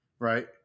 Right